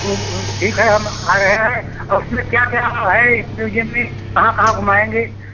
तो ठीक है हम आ रहे हैं और उसमें क्या क्या मतलब है इस म्यूज़ीअम में कहाँ कहाँ घुमाएँगे